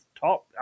Top